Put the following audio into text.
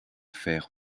faire